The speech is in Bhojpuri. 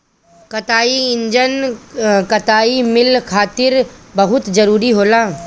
कताई इंजन कताई मिल खातिर बहुत जरूरी होला